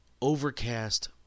Overcast